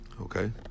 Okay